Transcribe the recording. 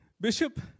Bishop